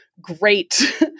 great